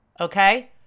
Okay